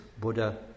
Buddha